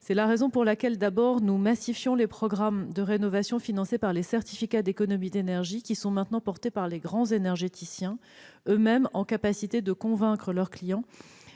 C'est la raison pour laquelle nous massifions les programmes de rénovation financés par les certificats d'économie d'énergie, désormais portés par les grands énergéticiens eux-mêmes, qui sont en mesure de convaincre leurs clients